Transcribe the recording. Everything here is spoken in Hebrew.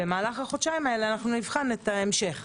במהלך החודשיים הללו נבחן את ההמשך